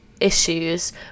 issues